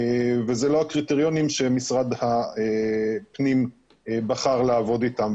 וזה לא הקריטריונים שמשרד הפנים בחר לעבוד איתם.